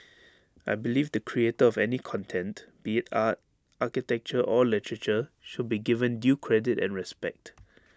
I believe the creator of any content be A art architecture or literature should be given due credit and respect